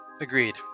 Agreed